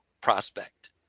prospect